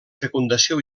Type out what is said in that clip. fecundació